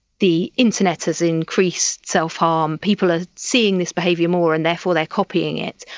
the internet has increased self-harm, people are seeing this behaviour more and therefore they are copying it.